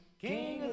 King